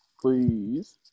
Please